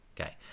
Okay